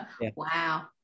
Wow